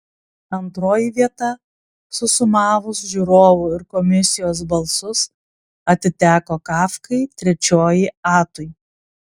antroji vieta susumavus žiūrovų ir komisijos balsus atiteko kafkai trečioji atui